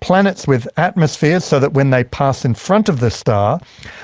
planets with atmosphere so that when they pass in front of the star